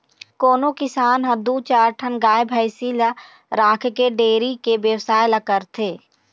कोनो किसान ह दू चार ठन गाय भइसी ल राखके डेयरी के बेवसाय ल करथे